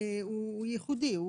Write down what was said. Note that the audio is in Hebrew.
הוא ייחודי.